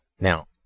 Now